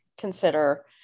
consider